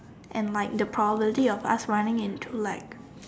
and like the probability of us running into like